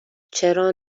چرا